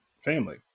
family